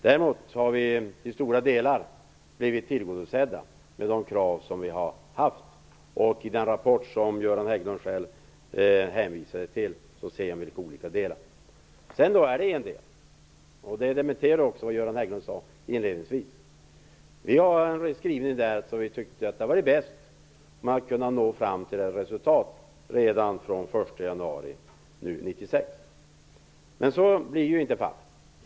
Däremot har våra krav till stora delar blivit tillgodosedda. I den rapport som Göran Hägglund själv hänvisade till kan han se vilka delar det gäller. Det som står där dementerar också vad han sade inledningsvis. Vi har i denna rapport skrivit vad vi tyckte var bäst för att kunna nå fram till ett resultat redan från den 1 januari 1996. Men så blir inte fallet.